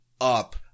up